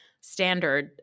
standard